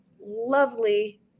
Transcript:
lovely